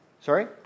Sorry